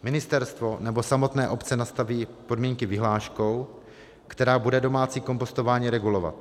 Ministerstvo nebo samotné obce nastaví podmínky vyhláškou, která bude domácí kompostování regulovat.